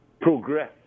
progress